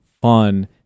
fun